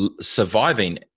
surviving